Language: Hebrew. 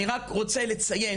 אני רק רוצה לציין,